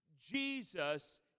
Jesus